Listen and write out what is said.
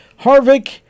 Harvick